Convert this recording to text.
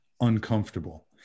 uncomfortable